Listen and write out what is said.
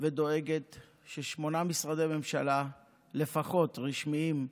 ודואגת ששמונה משרדי ממשלה לפחות, רשמיים,